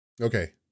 Okay